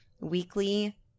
Weekly